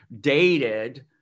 dated